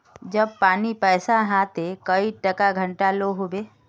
जब पानी पैसा हाँ ते कई टका घंटा लो होबे?